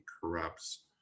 corrupts